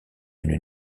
une